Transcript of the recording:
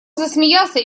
засмеялся